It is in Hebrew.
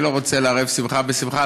אני לא רוצה לערב שמחה בשמחה,